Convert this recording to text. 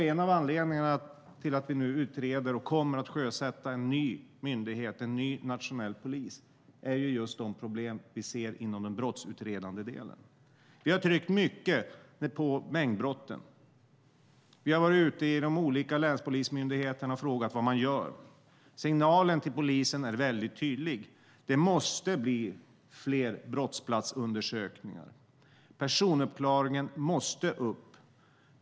En av anledningarna till att vi nu utreder och kommer att sjösätta en ny myndighet - en ny nationell polis - är just de problem vi ser inom den brottsutredande delen. Vi har tryckt mycket på mängdbrotten. Vi har varit ute i de olika länspolismyndigheterna och frågat vad man gör. Signalen till polisen är väldigt tydlig: Det måste bli fler brottsplatsundersökningar. Personuppklaringen måste upp.